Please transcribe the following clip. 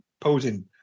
posing